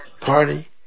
party